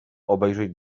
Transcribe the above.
obejrzeć